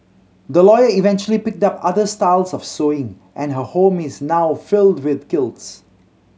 the lawyer eventually picked up other styles of sewing and her home is now filled with quilts